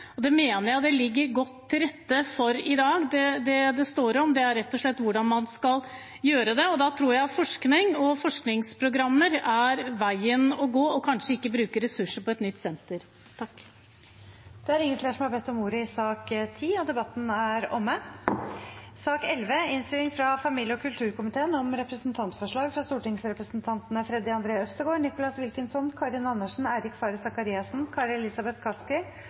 og det mener jeg det ligger godt til rette for i dag. Det det står om, er rett og slett hvordan man skal gjøre det, og da tror jeg forskning og forskningsprogrammer er veien å gå, og kanskje ikke å bruke ressurser på et nytt senter. Flere har ikke bedt om ordet til sak nr. 10. Etter ønske fra familie- og kulturkomiteen vil presidenten ordne debatten slik: 3 minutter til hver partigruppe og